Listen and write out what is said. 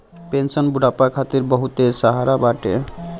pension बुढ़ापा खातिर बहुते सहारा बाटे